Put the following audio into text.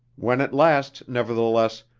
when at last, nevertheless,